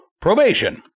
probation